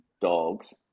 dogs